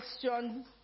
Question